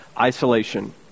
Isolation